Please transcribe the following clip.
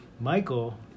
michael